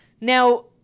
Now